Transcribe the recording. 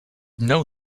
know